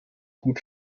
gut